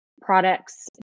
products